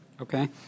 Okay